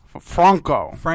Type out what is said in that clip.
Franco